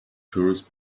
tourists